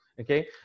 okay